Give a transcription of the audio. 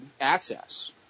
access